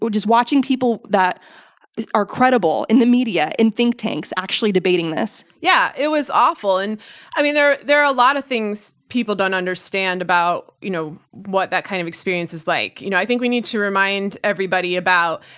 just watching people that are credible in the media and think tanks actually debating this. yeah, it was awful, and i mean, there there are a lot of things people don't understand about, you know, what that kind of experience is like. you know, i think we need to remind everybody about,